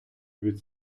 від